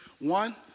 One